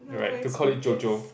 right to call it JoJo